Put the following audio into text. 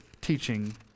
teaching